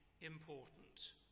important